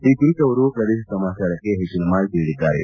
ಈ ಕುರಿತು ಅವರು ಪ್ರದೇಶ ಸಮಾಚಾರಕ್ಕೆ ಹೆಚ್ಚಿನ ಮಾಹಿತಿ ನೀಡಿದ್ದಾರೆ